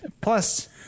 Plus